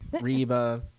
Reba